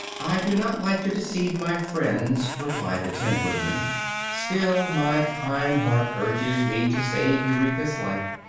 i do not like to deceive my friends, replied the tin woodman still, my kind heart urges me to save eureka's life,